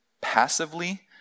passively